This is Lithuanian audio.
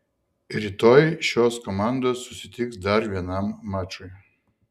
rytoj šios komandos susitiks dar vienam mačui